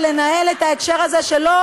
ישיבה ממלכתית,